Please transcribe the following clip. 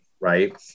right